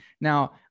now